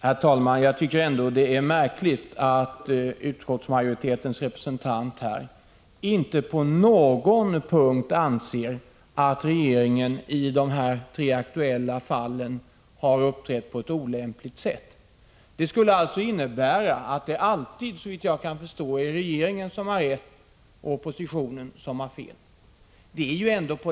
Herr talman! Det är märkligt att utskottsmajoritetens representant inte på någon punkt anser att regeringen i de här tre aktuella fallen har uppträtt på ett olämpligt sätt. Det skulle, såvitt jag förstår, innebära att det alltid är regeringen som har rätt och oppositionen som har fel.